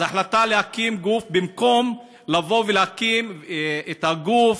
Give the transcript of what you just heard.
אז ההחלטה היא להקים גוף במקום לבוא ולהקים את הגוף